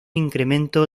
incremento